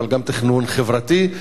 אבל גם תכנון חברתי.